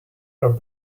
are